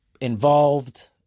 involved